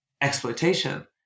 exploitation